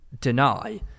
deny